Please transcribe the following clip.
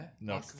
No